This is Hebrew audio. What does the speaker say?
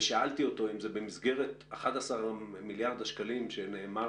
ושאלתי אותו אם זה במסגרת 11 מיליארד השקלים שנאמר